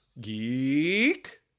geek